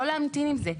לא להמתין עם זה,